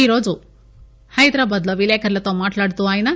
ఈరోజు హైదరాబాద్ లో విలేకరులతో మాట్లాడుతూ ఆయన